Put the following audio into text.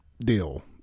deal